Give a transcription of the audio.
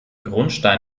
grundstein